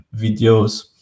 videos